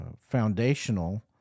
foundational